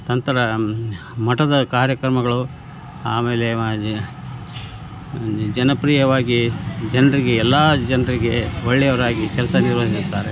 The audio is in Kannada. ನಂತರ ಮಠದ ಕಾರ್ಯಕ್ರಮಗಳು ಆಮೇಲೆ ಮಾಜಿ ಜನಪ್ರಿಯವಾಗಿ ಜನರಿಗೆ ಎಲ್ಲಾ ಜನರಿಗೆ ಒಳ್ಳೆಯವರಾಗಿ ಕೆಲಸ ನಿರ್ವಯಿಸುತ್ತಾರೆ